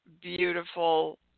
beautiful